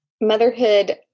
motherhood